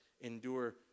endure